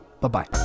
Bye-bye